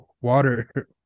water